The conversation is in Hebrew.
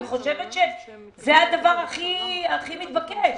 כי זה הדבר הכי מתבקש.